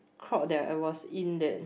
crowd that I was in then